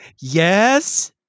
Yes